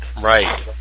right